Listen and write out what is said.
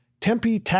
Tempe